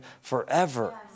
forever